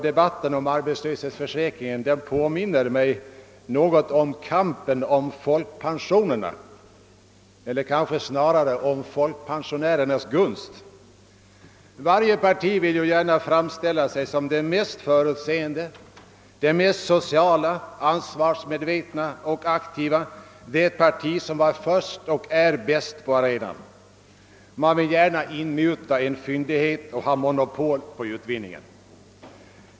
— Debatten om arbetslöshetsförsäkringen påminner mig något om kampen om folkpensionerna — eller kanske snarare om folkpensionärernas gunst. Varje parti vill gärna framstå som det mest förutseende, det mest sociala, det mest ansvarsmedvetna och det mest aktiva, såsom det parti som varit och är bäst på arenan. Man vill gärna inmuta en fyndighet och ha monopol på utvinningen.